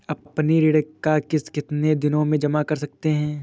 अपनी ऋण का किश्त कितनी दिनों तक जमा कर सकते हैं?